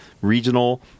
regional